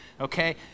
okay